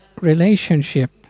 relationship